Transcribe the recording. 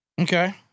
Okay